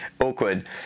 awkward